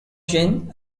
gin